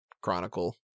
Chronicle